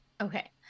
Okay